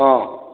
ହଁ